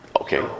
Okay